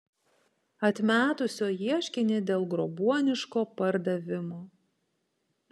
atmetusio ieškinį dėl grobuoniško pardavimo